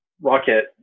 rocket